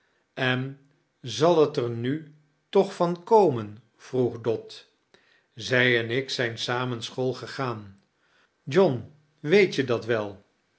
eia zal t er nu toch van komen vroeg dot zij en ik zijn samen school gegaan john weet je dat wel